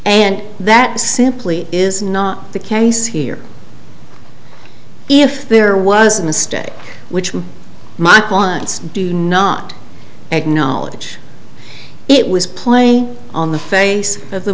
and that simply is not the case here if there was a mistake which was my clients do not acknowledge it was playing on the face of the